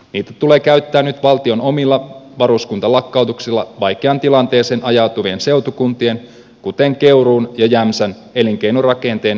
niitä tulee käyttää nyt valtion omilla varuskuntalakkautuksilla vaikeaan tilanteeseen ajautuvien seutukuntien kuten keuruun ja jämsän elinkeinorakenteen monipuolistamiseen